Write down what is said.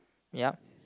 yup